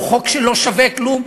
הוא חוק שלא שווה כלום,